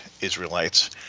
Israelites